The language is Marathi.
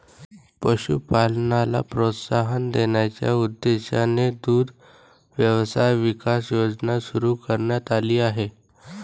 पशुपालनाला प्रोत्साहन देण्याच्या उद्देशाने दुग्ध व्यवसाय विकास योजना सुरू करण्यात आली आहे